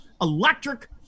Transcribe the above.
electric